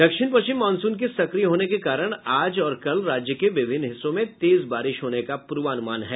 दक्षिण पश्चिम मॉनसून के सक्रिय होने के कारण आज और कल राज्य के विभिन्न हिस्सों में तेज बारिश होने का पूर्वानुमान है